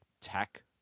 tech